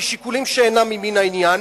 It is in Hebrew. משיקולים שאינם ממין העניין,